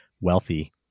wealthy